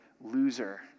loser